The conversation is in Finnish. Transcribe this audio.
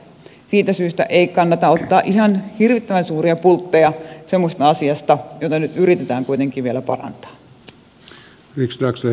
siitä syystä ei kannata ottaa ihan hirvittävän suuria pultteja semmoisesta asiasta jota nyt yritetään kuitenkin vielä parantaa